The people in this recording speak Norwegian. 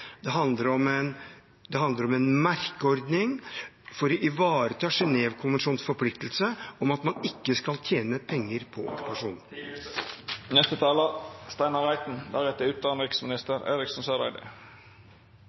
Det handler om en merkeordning for å ivareta Genèvekonvensjonens forpliktelse om at man ikke skal tjene penger på